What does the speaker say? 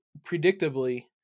predictably